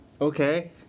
Okay